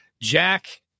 Jack